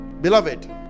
Beloved